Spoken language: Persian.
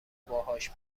باهاش